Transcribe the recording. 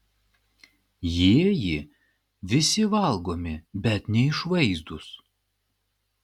jieji visi valgomi bet neišvaizdūs